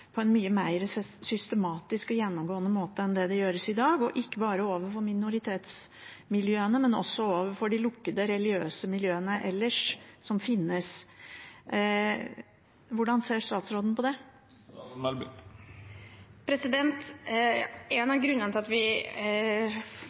på en mye mer systematisk og gjennomgående måte enn det som gjøres i dag, og ikke bare overfor minoritetsmiljøene, men også overfor de lukkede religiøse miljøene som finnes ellers. Hvordan ser statsråden på det? En